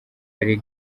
hari